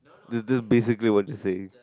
d~ d~ basically what they say